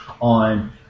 on –